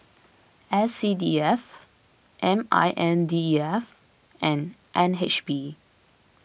S C D F M I N D E F and N H B